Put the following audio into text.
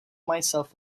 myself